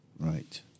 Right